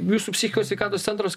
jūsų psichikos sveikatos centras